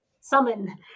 summon